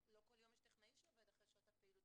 אבל לא כל יום יש טכנאי שעובד אחרי שעות הפעילות.